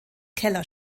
keller